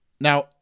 Now